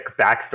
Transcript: backstory